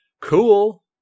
cool